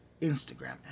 Instagram